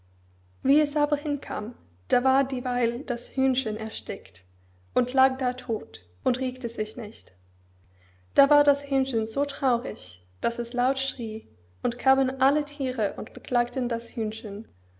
wie es aber hinkam da war dieweil das hühnchen erstickt und lag da todt und regte sich nicht da war das hähnchen so traurig daß es laut schrie und kamen alle thiere und beklagten das hühnchen